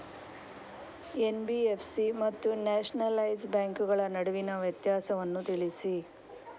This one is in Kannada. ಎನ್.ಬಿ.ಎಫ್.ಸಿ ಮತ್ತು ನ್ಯಾಷನಲೈಸ್ ಬ್ಯಾಂಕುಗಳ ನಡುವಿನ ವ್ಯತ್ಯಾಸವನ್ನು ತಿಳಿಸಿ?